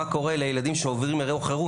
מה קורה לילדים שעוברים אירוע חירום